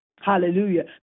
Hallelujah